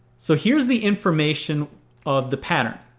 so here's the information of the pattern.